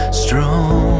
strong